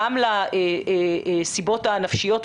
גם לסיבות הנפשיות,